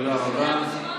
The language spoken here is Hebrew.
תודה רבה.